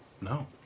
No